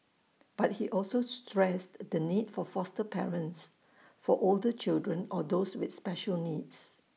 but he also stressed the need for foster parents for older children or those with special needs